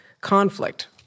conflict